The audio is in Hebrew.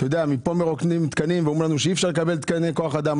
מכאן מרוקנים תקנים ואומרים לנו שאי אפשר לקבל תקני כוח אדם.